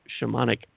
Shamanic